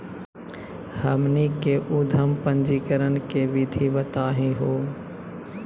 हमनी के उद्यम पंजीकरण के विधि बताही हो?